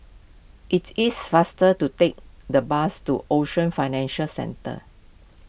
it is faster to take the bus to Ocean Financial Centre